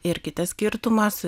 ir kitas skirtumas